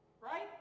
right